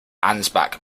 ansbach